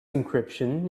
encryption